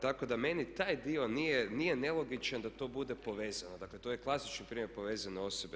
Tako da meni taj dio nije nelogičan da to bude povezano, dakle to je klasičan primjer povezane osobe.